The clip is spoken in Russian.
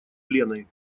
леной